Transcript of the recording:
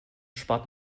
spart